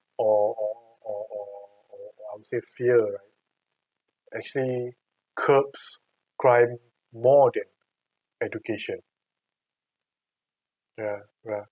or or or or or like I say fear right actually curbs crime more than education ya ya